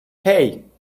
hey